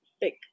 big